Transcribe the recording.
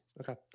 Okay